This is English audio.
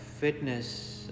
fitness